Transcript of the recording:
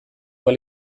ahal